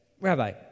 Rabbi